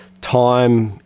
time